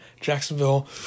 Jacksonville